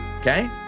Okay